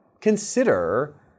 consider